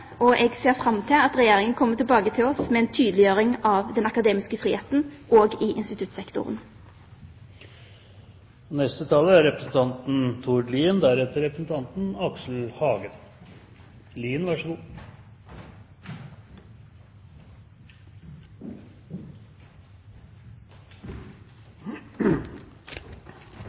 og jeg ser fram til at Regjeringen kommer tilbake til oss med en tydeliggjøring av den akademiske friheten også i instituttsektoren. Det at det er